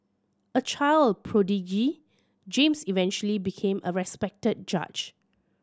a child prodigy James eventually became a respected judge